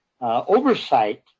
oversight